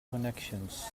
connections